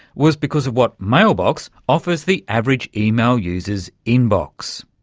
was because of what mailbox offers the average email user's inbox.